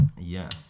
Yes